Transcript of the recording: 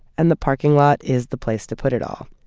and the parking lot is the place to put it all.